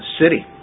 city